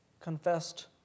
confessed